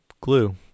glue